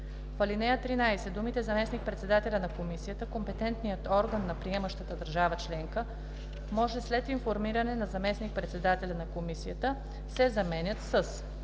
В ал. 13 думите „заместник-председателя на Комисията, компетентният орган на приемащата държава членка може след информиране на заместник-председателя на Комисията“ се заменят със